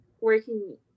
working